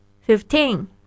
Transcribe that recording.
Fifteen